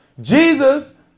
Jesus